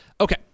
Okay